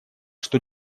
что